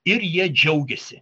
ir jie džiaugiasi